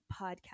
Podcast